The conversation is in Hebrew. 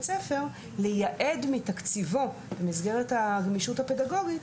ספר לייעד מתקציבו במסגרת הגמישות הפדגוגית.